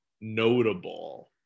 notable